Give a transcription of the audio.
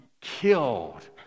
killed